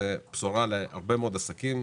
זו בשורה להרבה מאוד עסקים,